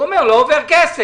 הוא אומר שלא עובר כסף.